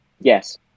Yes